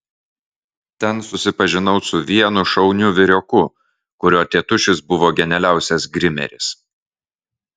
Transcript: ten susipažinau su vienu šauniu vyrioku kurio tėtušis buvo genialiausias grimeris